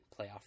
playoff